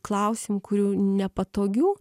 klausimų kurių nepatogių